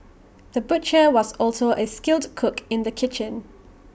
the butcher was also A skilled cook in the kitchen